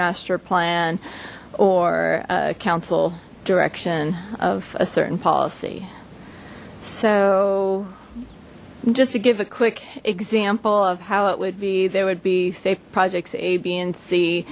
master plan or council direction of a certain policy so just to give a quick example of how it would be there would be state projects a b and c